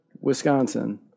Wisconsin